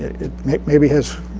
it maybe has